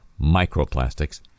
microplastics